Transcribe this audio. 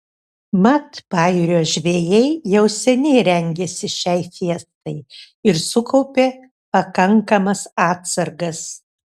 mat pajūrio žvejai jau seniai rengėsi šiai fiestai ir sukaupė pakankamas atsargas